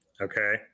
Okay